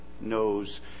knows